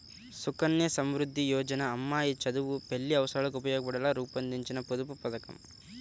సుకన్య సమృద్ధి యోజన అమ్మాయి చదువు, పెళ్లి అవసరాలకు ఉపయోగపడేలా రూపొందించిన పొదుపు పథకం